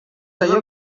allò